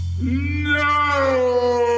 No